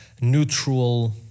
neutral